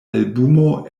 albumo